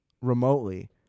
remotely